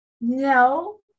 No